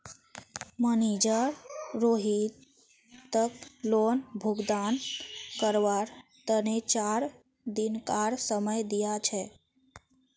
manager रोहितक loan भुगतान करवार तने चार दिनकार समय दिया छे